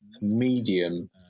medium